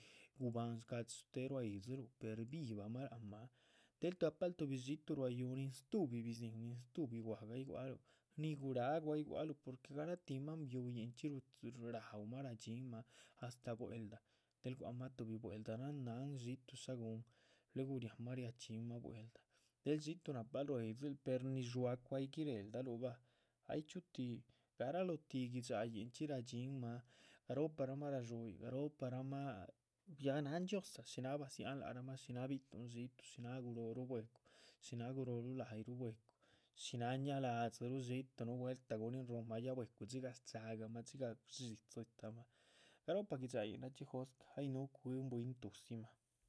Guhubahn shcadxí chuhuté rua yídziluh per vivamah lác mah del gahpal tuhbi xiitu rua yúhu nin stubi bizín nin stuhbi gwahga ay gualuh, ni guráhgu ay gua´luh, porque. garatih máan biuyinchxi raúmah ra´dxinma astáh bwel’da del gua´c mah tuhbi bwel´da náhn náhn xiitu shá gúhun luegu riama riachxínmah bwel´da del xiitu napal rua. yidzil ni dxuáacu ay gireheldaluh bah, ay chxíu tíh, garaloh ti gui´dxayin chxi radxínmah, garoohparama radxuyih, garoohparama ya náhan dhxiózaa shinác badziahn. larahmah, shinác bi´tuhn xiitu shinác guróh ruh bwecu shinác guróh ruh la´yih bwecu, shinác ña'ladziruh xiitu núh vueltah guríhn ya bwecu dxigah shcagahma dxigha rdzí tahma. garohpa gui´dxayin rachxó jóscah ay núhu cuhí bwín tudzimah.